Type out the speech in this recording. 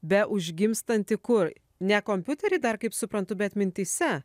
be užgimstanti kur ne kompiutery dar kaip suprantu bet mintyse